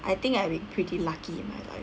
I think I have been pretty lucky in my life